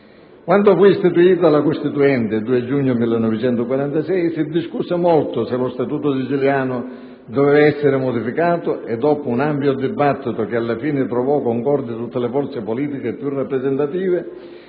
Quando fu istituita la Costituente, il 2 giugno 1946, si discusse molto se lo Statuto siciliano dovesse essere modificato. Dopo un ampio dibattito, che alla fine trovò concordi tutte le forze politiche più rappresentative,